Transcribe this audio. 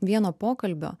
vieno pokalbio